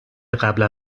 قبلا